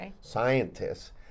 scientists